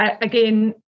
again